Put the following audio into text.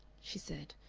she said,